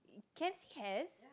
Cass has